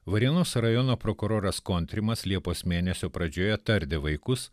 varėnos rajono prokuroras kontrimas liepos mėnesio pradžioje tardė vaikus